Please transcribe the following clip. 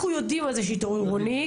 אנחנו יודעים מה זה שיטור עירוני,